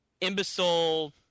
imbecile